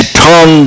turn